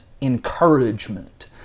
encouragement